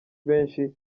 benshi